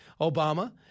Obama